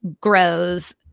grows